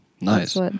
Nice